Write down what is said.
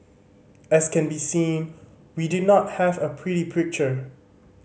as can be seen we do not have a pretty picture